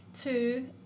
Two